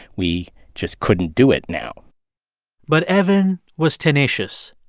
we just couldn't do it now but evan was tenacious.